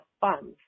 funds